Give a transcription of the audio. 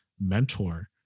mentor